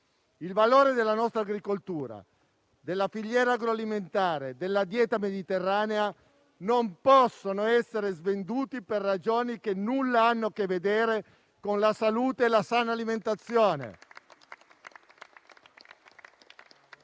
Il valore della nostra agricoltura, della filiera agroalimentare e della dieta mediterranea non possono essere svenduti per ragioni che nulla hanno a che vedere con la salute e la sana alimentazione.